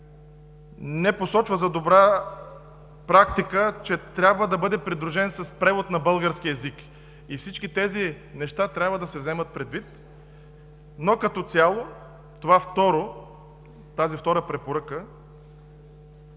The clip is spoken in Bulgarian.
не посочва за добра практика, че трябва да бъде придружен с превод на български език. Всички тези неща трябва да се вземат предвид. Като цяло тази втора препоръка